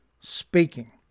speaking